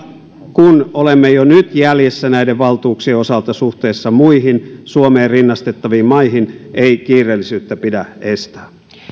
kun olemme jo nyt jäljessä näiden valtuuksien osalta suhteessa muihin suomeen rinnastettaviin maihin niin ei kiireellisyyttä pidä estää